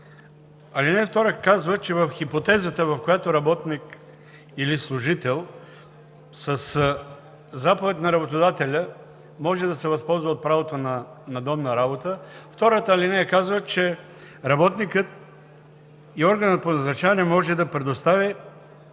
ал. 2 казва, че е в хипотезата, в която работник или служител със заповед на работодателя може да се възползва от правото на надомна работа, втората алинея казва, че работодателите и органът по назначаване могат да предоставят